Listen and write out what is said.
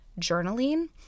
journaling